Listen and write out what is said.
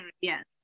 Yes